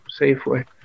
Safeway